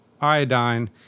iodine